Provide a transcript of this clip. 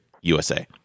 USA